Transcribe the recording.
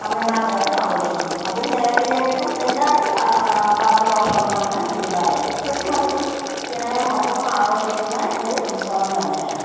തമിഴ്നാട്ടുകാരും ആഘോഷിക്കും അതും കേരളീയർക്കും എല്ലാവർക്കും ബാധകമുള്ള ഒന്നാണ് ദീപാവലി ക്രിസ്മസും ജനങ്ങൾ മൊത്തം ആഘോഷിക്കുന്ന ഒരു ഉത്സവം തന്നെയാണ്